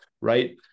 Right